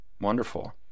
Wonderful